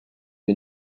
you